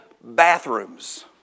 bathrooms